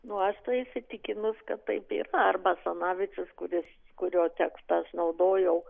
nu aš tai įsitikinus kad taip yra ar basanavičius kuris kurio tekstą aš naudojau